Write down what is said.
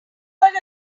are